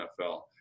NFL